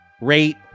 Rate